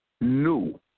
new